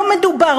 לא מדובר